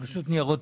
גורם מהאוניברסיטה